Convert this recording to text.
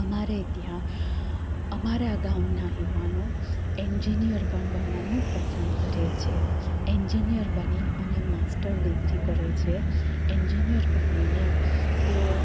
અમારે ત્યાં અમારા ગામના યુવાનો એન્જીન્યર પણ બનવાનું પસંદ કરે છે એન્જીન્યર બની અને માસ્ટર ડિગ્રી કરે છે એન્જિન્યર બનીને તેઓ